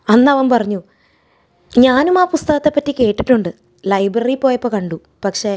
അന്നവൻ പറഞ്ഞു ഞാനുമാ പുസ്തകത്തെപ്പറ്റി കേട്ടിട്ടുണ്ട് ലൈബ്രറിയിൽ പോയപ്പോൾ കണ്ടു പക്ഷേ